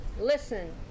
Listen